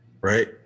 Right